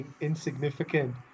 insignificant